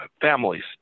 families